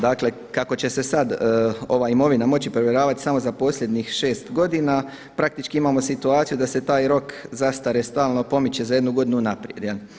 Dakle, kako će sad ova imovina moći provjeravati samo za posljednjih šest godina praktički imamo situaciju da se taj rok zastare stalno pomiče za jednu godinu unaprijed.